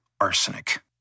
arsenic